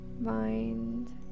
mind